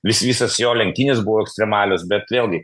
vis visas jo lenktynės buvo ekstremalios bet vėlgi